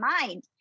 mind